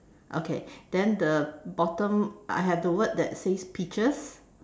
okay then the bottom I have the word that says peaches